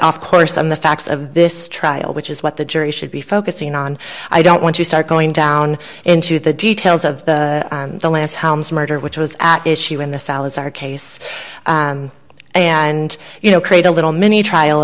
off course on the facts of this trial which is what the jury should be focusing on i don't want to start going down into the details of the lance holmes murder which was at issue in the salazar case and you know create a little mini trial